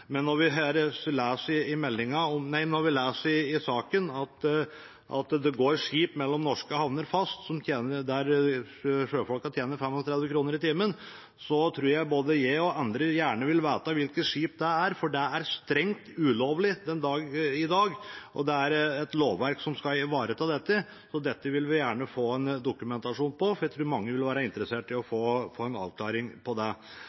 men når vi leser i innstillingen at det mellom norske havner fast går skip der sjøfolkene tjener 35 kr i timen, vil nok både jeg og andre vite hvilke skip det er, for det er strengt ulovlig den dag i dag, og det er et lovverk som skal ivareta dette. Dette vil vi gjerne få dokumentasjon på, for mange vil være interessert i å få en avklaring på dette. Uansett: Denne saken om norske lønns- og arbeidsvilkår er ikke ferdigbehandlet. Det